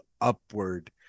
upward